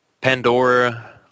Pandora